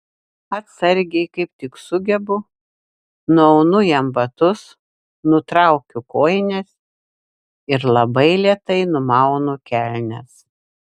atsargiai kaip tik sugebu nuaunu jam batus nutraukiu kojines ir labai lėtai numaunu kelnes